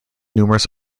numerous